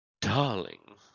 Darling